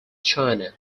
china